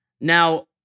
Now